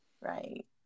Right